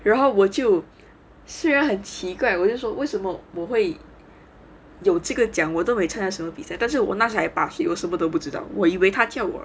然后我就虽然很奇怪我就说为什么我会有这个奖我都没什么比赛但是我那才八岁什么都不知道我以为他叫我